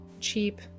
cheap